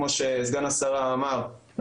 כמו שסגן השרה אמר,